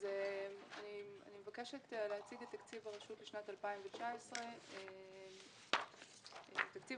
אני מבקשת להציג את תקציב הרשות לשנת 2019. תקציב